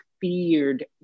feared